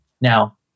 now